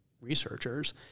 researchers